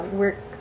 work